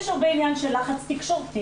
יש הרבה עניין של לחץ תקשורתי,